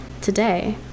Today